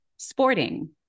sporting